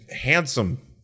handsome